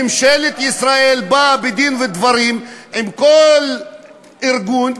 ממשלת ישראל באה בדין ודברים עם כל ארגון,